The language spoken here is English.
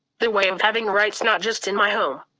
the way of having rights not just in my home.